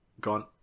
Gone